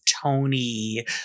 Tony